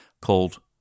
called